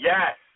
Yes